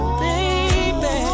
baby